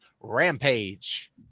rampage